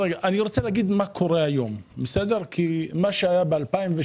אני רוצה לומר מה קורה היום כי מה שהיה ב-2017,